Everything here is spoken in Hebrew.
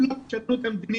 אם לא תשנו את המדיניות